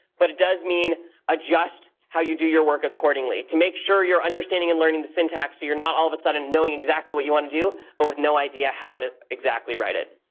but it does mean adjust how you do your work accordingly, to make sure you're understanding and learning the syntax. so you're not, all of a sudden, knowing exactly what you want to do, but with no idea how to exactly write it.